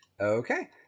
Okay